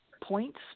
points